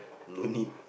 no need